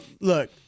look